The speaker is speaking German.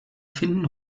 finden